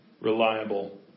reliable